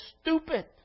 stupid